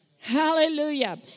Hallelujah